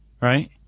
right